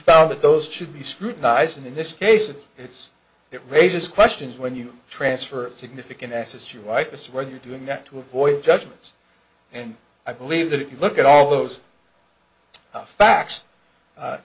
found that those should be scrutinized and in this case it's it raises questions when you transfer significant assets you like this where you're doing that to avoid judgments and i believe that if you look at all those facts